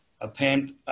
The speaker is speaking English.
attempt